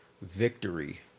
victory